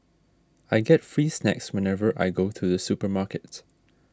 I get free snacks whenever I go to the supermarket